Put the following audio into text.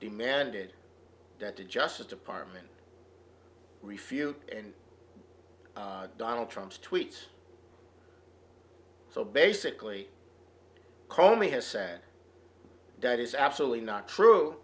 demanded that the justice department refute and donald trump's tweet so basically call me has said that is absolutely not true